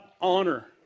honor